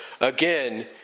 again